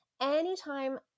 anytime